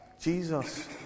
Jesus